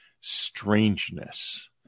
strangeness